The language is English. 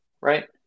right